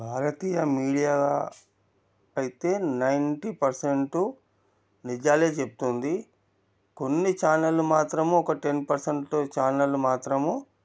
భారతీయ media అయితే ninety percent నిజాలే చెప్తుంది కొన్ని ఛానళ్ళు మాత్రము ఒక టెన్ పర్సెంటు ఛానళ్ళు మాత్రము